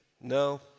no